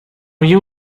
you